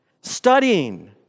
studying